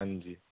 ਹਾਂਜੀ